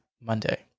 Monday